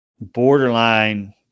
borderline –